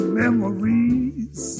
memories